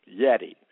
Yeti